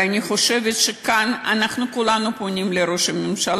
ואני חושבת שכאן אנחנו כולנו פונים לראש הממשלה,